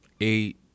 eight